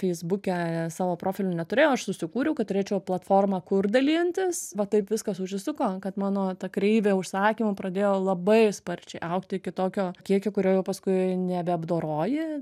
feisbuke savo profilio neturėjau aš susikūriau kad turėčiau platformą kur dalintis va taip viskas užsisuko kad mano ta kreivė užsakymų pradėjo labai sparčiai augti iki tokio kiekio kurio jau paskui nebe apdoroji